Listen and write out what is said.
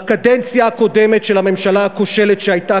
בקדנציה הקודמת של הממשלה הכושלת שהייתה